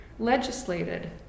legislated